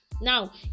now